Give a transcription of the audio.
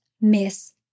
miss